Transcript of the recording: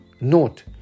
Note